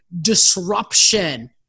disruption